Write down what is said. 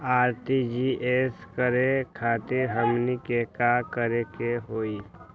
RTGS करे खातीर हमनी के का करे के हो ई?